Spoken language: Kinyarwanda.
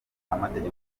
amategeko